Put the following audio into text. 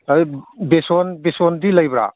ꯑꯗꯨ ꯕꯦꯁꯣꯟꯗꯤ ꯂꯩꯕ꯭ꯔꯥ